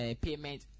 payment